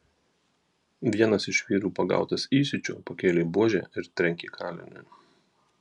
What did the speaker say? vienas iš vyrų pagautas įsiūčio pakėlė buožę ir trenkė kaliniui